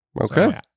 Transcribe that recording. Okay